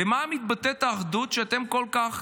במה מתבטאת האחדות שאתם כל כך